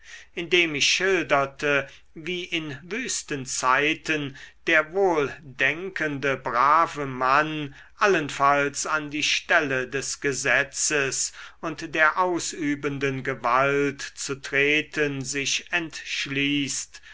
indem ich schilderte wie in wüsten zeiten der wohldenkende brave mann allenfalls an die stelle des gesetzes und der ausübenden gewalt zu treten sich entschließt